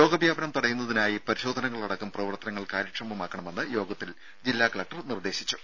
രോഗവ്യാപനം തടയുന്നതിനായി പരിശോധനകൾ അടക്കം പ്രവർത്തനങ്ങൾ കാര്യക്ഷമമാക്കണമെന്ന് യോഗത്തിൽ ജില്ലാ കലക്ടർ നിർദേശിച്ചു